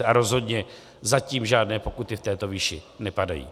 A rozhodně zatím žádné pokuty v této výši nepadají.